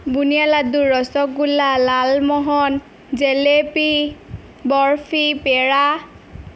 বুন্দিয়া laddu rasgulla lalmohan jalebi barfi পেৰা